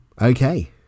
okay